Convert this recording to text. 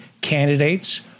candidates